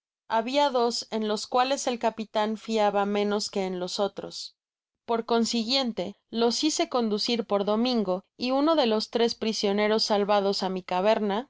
habia dos en los cuales el capitan fiaba menos que en los otros por consiguiente los hice conducir por domingo y uno de los tres prisioneros salvados á mi caverna